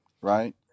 Right